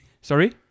Sorry